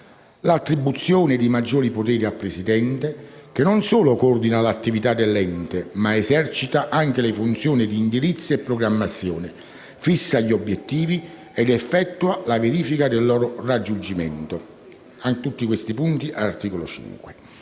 l'attribuzione di maggiori poteri al presidente, che non solo coordina l'attività dell'ente ma esercita anche le funzioni di indirizzo e programmazione, fissa gli obiettivi ed effettua la verifica del loro raggiungimento (articolo